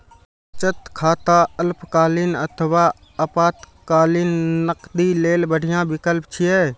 बचत खाता अल्पकालीन अथवा आपातकालीन नकदी लेल बढ़िया विकल्प छियै